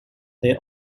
they